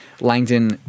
Langdon